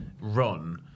run